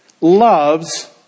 loves